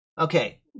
Okay